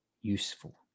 useful